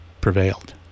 prevailed